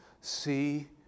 See